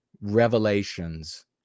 revelations